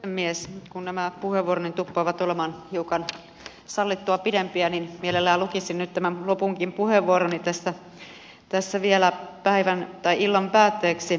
nyt kun nämä puheenvuoroni tuppaavat olemaan hiukan sallittua pidempiä niin mielellään lukisin nyt tämän lopunkin puheenvuoroni tässä vielä illan päätteeksi